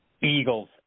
Eagles